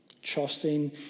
trusting